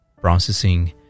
processing